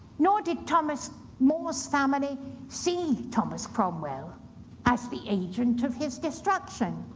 nor did thomas more's family see thomas cromwell as the agent of his destruction.